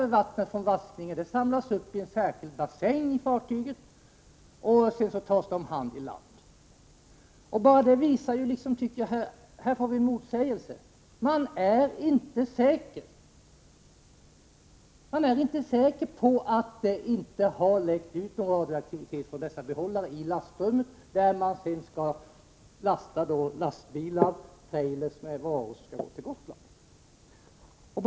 Nej, vattnet från vaskningen samlas upp i en särskild bassäng på fartyget och tas sedan om hand på land. Enbart detta visar att det finns en motsägelse: man är inte säker på att det inte har läckt ut radioaktivitet från dessa behållare i lastrummet, där man sedan skall frakta lastbilar och trailers med varor som skall till Gotland.